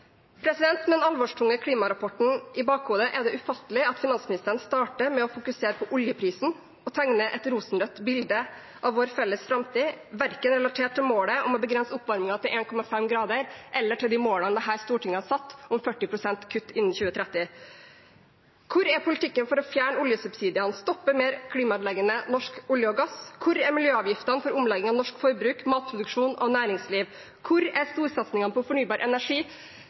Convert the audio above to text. Med den alvorstunge klimarapporten i bakhodet er det ufattelig at finansministeren starter med å fokusere på oljeprisen og tegne et rosenrødt bilde av vår felles framtid, som verken er relatert til målet om å begrense oppvarmingen til 1,5 °C eller til de målene dette Stortinget har satt om 40 pst. kutt innen 2030. Hvor er politikken for å fjerne oljesubsidiene og stoppe mer klimaødeleggende norsk olje og gass? Hvor er miljøavgiftene for omlegging av norsk forbruk, matproduksjon og næringsliv? Hvor er storsatsingene på fornybar energi?